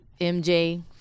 MJ